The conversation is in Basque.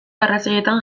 arrazoietan